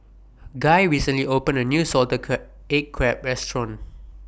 Guy recently opened A New Salted Egg Crab Restaurant